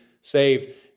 saved